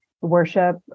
worship